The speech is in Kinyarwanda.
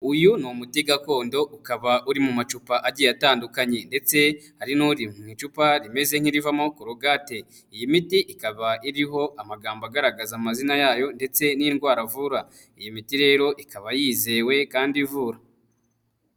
Uyu ni umuti gakondo ukaba uri mu macupa agiye atandukanye ndetse hari n'uri mu icupa rimeze nk'irivamo korogate. Iyi miti ikaba iriho amagambo agaragaza amazina yayo ndetse n'indwara avura. Iyi miti rero ikaba yizewe kandi ivura.